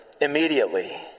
immediately